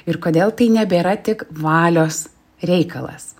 ir kodėl tai nebėra tik valios reikalas